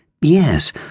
Yes